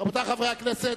רבותי חברי הכנסת,